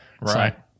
right